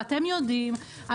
ואתם יודעים,